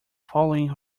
following